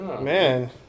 Man